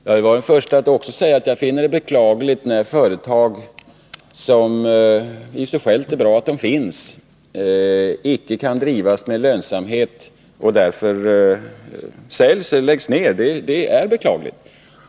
Jag vill gärna säga att också jag finner det beklagligt när ett företag som detta— som är bra att det finns — icke kan drivas med lönsamhet och därför säljs eller läggs ned. Det är beklagligt.